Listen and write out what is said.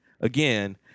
again